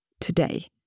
today